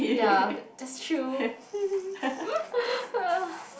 ya that's true